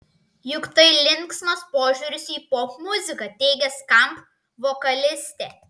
juk tai linksmas požiūris į popmuziką teigė skamp vokalistė